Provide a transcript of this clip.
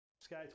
Sky